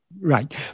Right